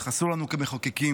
אסור לנו כמחוקקים,